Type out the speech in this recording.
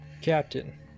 Captain